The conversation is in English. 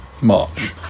March